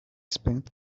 spent